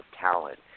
talent